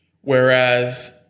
Whereas